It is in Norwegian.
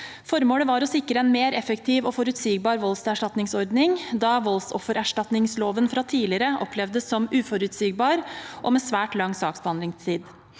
Formålet var å sikre en mer effektiv og forutsigbar voldserstatningsordning, da voldsoffererstatningsloven fra tidligere opplevdes som uforutsigbar og med svært lang saksbehandlingstid.